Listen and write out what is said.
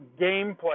gameplay